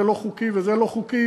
זה לא חוקי וזה לא חוקי,